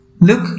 Look